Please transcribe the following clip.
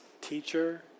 Teacher